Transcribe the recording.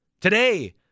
Today